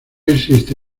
existe